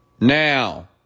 now